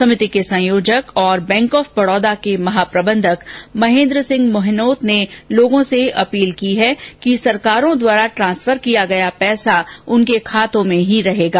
समिति के संयोजक और बैंक ऑफ बडौदा के महाप्रबंधक महेन्द्र सिंह महनोत ने लोगों से अपील की है कि सरकारों द्वारा ट्रांसफमर किया गया पैसा उनके खातों में ही रहेगा